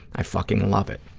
i fucking love it.